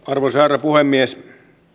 arvoisa herra puhemies